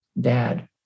dad